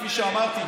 כפי שאמרתי,